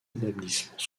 établissements